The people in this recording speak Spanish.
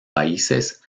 países